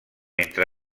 entre